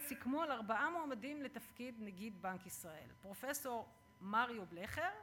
סיכמו על ארבעה מועמדים לתפקיד נגיד בנק ישראל: פרופסור מריו בלכר,